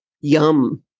Yum